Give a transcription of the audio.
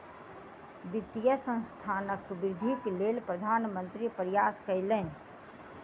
वित्तीय संस्थानक वृद्धिक लेल प्रधान मंत्री प्रयास कयलैन